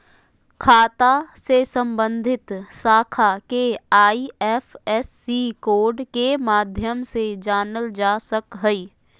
खाता से सम्बन्धित शाखा के आई.एफ.एस.सी कोड के माध्यम से जानल जा सक हइ